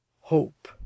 Hope